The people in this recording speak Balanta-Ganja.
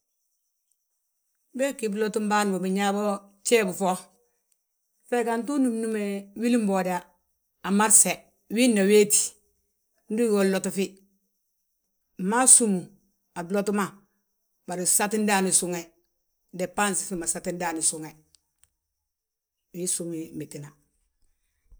Bee ggí blotim bâan bo, binyaa bo fjeeb fo, fe gantu unúmnúme wilinbooda a marse, wiina wéeti. Ndu ugí yaa unlotifi, fmaaf súmmu a bloti ma, bari satin ndaani suŋe, debbensin fi ma sati ndaani suŋ. Wii ssúme métina.